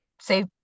say